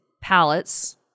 palettes